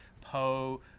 Poe